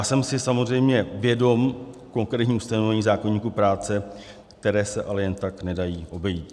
Jsem si samozřejmě vědom konkrétních ustanovení zákoníku práce, která se ale jen tak nedají obejít.